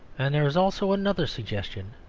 and there is also another suggestion,